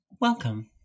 welcome